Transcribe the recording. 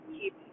keep